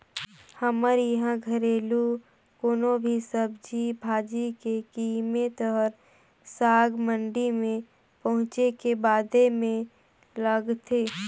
हमर इहां घरेलु कोनो भी सब्जी भाजी के कीमेत हर साग मंडी में पहुंचे के बादे में लगथे